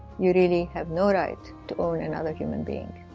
you really have no right to own another human being.